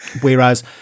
whereas